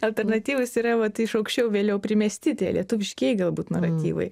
alternatyvos yra vat iš aukščiau vėliau primesti tie lietuviškieji galbūt naratyvai